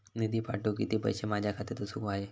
निधी पाठवुक किती पैशे माझ्या खात्यात असुक व्हाये?